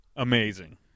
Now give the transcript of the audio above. Amazing